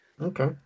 Okay